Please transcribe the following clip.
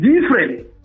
different